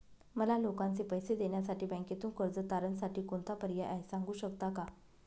मला लोकांचे पैसे देण्यासाठी बँकेतून कर्ज तारणसाठी कोणता पर्याय आहे? सांगू शकता का?